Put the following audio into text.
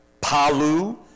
Palu